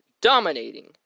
dominating